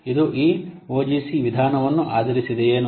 ಇದು ಈ ಒಜಿಸಿ ವಿಧಾನವನ್ನು ಆಧರಿಸಿದೆಯೇನು